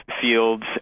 Fields